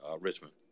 Richmond